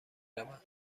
روم